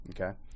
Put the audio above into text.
Okay